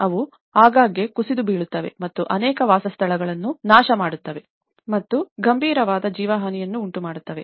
ಅವು ಆಗಾಗ್ಗೆ ಕುಸಿದು ಬೀಳುತ್ತವೆ ಮತ್ತು ಅನೇಕ ವಾಸಸ್ಥಳಗಳನ್ನು ನಾಶಮಾಡುತ್ತವೆ ಮತ್ತು ಗಂಭೀರವಾದ ಜೀವಹಾನಿಯನ್ನು ಉಂಟುಮಾಡುತ್ತವೆ